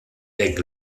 egg